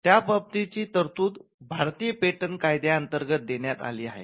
त्याबाबतची तरतूद भारतीय पेटंट कायद्यांतर्गत देण्यात आली आहे